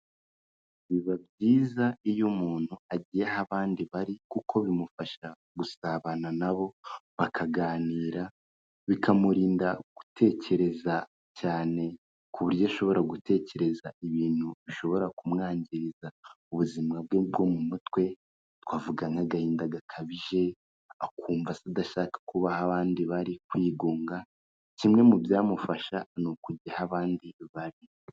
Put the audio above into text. Biba byiza iyo umuntu agiye aho abandi bari kuko bimufasha gusabana na bo, bakaganira bikamurinda gutekereza cyane ku buryo ashobora gutekereza ibintu bishobora kumwangiriza ubuzima bwe bwo mu mutwe, twavuga nk'agahinda gakabije, akumva se adashaka kuba aho abandi bari, kwigunga, kimwe mu byamufasha ni ukujya aho abandi bari.